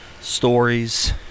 Stories